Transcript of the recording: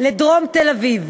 לדרום תל-אביב.